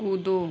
कूदो